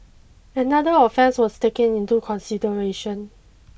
another offence was taken into consideration